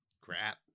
crap